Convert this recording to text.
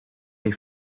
they